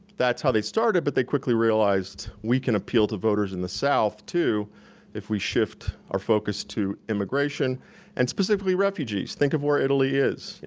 that's how they started, but they quickly realized we can appeal to voters in the south, too if we shift our focus to immigration and specifically refugees. think of where italy is. you